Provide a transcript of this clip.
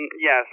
Yes